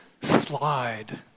slide